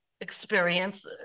experience